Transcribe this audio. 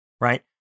right